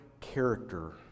character